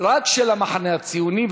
רק של המחנה הציוני.